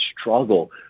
struggle